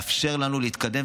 לאפשר לנו להתקדם,